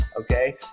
Okay